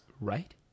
right